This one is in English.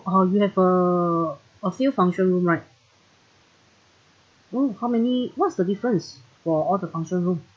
uh you have uh a few function room right hmm how many what's the difference for all the function room